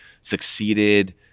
succeeded